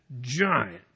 Giant